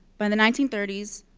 by the nineteen thirty s,